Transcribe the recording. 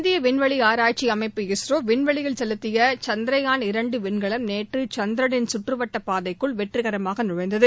இந்திய விண்வெளி ஆராய்ச்சி அமைப்பு இஸ்ரோ விண்வெளியில் செலுத்திய சந்த்ரயாள் இரண்டு விண்கலம் நேற்று சந்திரனின் சுற்றுவட்டப் பாதைக்குள் வெற்றிகரமாக நுழைந்தது